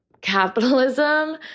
capitalism